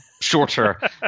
shorter